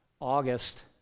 August